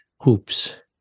hoops